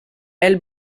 elle